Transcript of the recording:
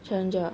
Challenger ah